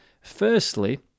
Firstly